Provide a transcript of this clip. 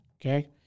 okay